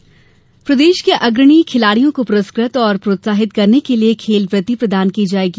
खेलवृत्ति प्रदेश के अग्रणी खिलाड़ियों को पुरस्कृत और प्रोत्साहित करने के लिए खेलवृत्ति प्रदान की जाएगी